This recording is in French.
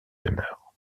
demeure